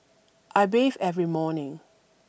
I bathe every morning